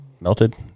melted